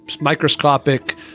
microscopic